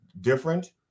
different